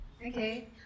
okay